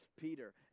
Peter